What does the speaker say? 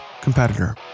competitor